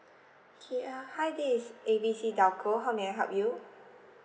okay uh hi this is A B C telco how may I help you